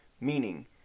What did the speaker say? meaning